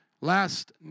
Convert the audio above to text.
Last